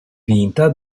vinta